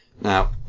Now